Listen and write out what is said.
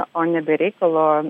o ne be reikalo